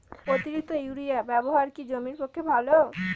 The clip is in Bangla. অতিরিক্ত ইউরিয়া ব্যবহার কি জমির পক্ষে ভালো?